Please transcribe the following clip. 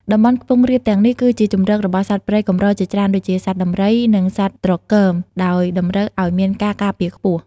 តំបន់ខ្ពង់រាបទាំងនេះគឺជាជម្រករបស់សត្វព្រៃកម្រជាច្រើន ដូចជា សត្វដំរី និងសត្វត្រគម ដោយតម្រូវឲ្យមានការការពារខ្ពស់។